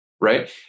right